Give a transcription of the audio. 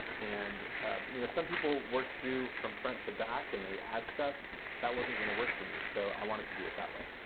and you know some people work through from front to back and they add stuff that wasn't gonna work for me. so i wanted to do it that way.